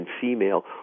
female